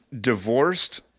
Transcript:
Divorced